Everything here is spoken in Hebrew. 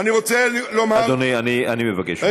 אני רוצה לומר, אדוני, אני מבקש ממך.